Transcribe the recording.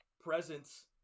presence